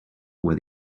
were